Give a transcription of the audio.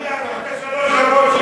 אני אעביר את שלוש הדקות שלי.